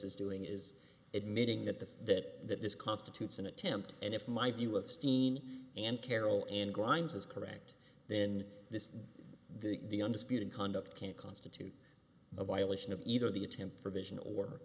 is doing is admitting that the that this constitutes an attempt and if my view of steen and carol and grimes is correct then this is the undisputed conduct can't constitute a violation of either the attempt provision or